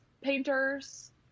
painters